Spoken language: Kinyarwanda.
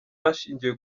hashingiwe